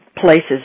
places